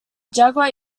jaguar